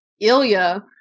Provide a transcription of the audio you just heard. Ilya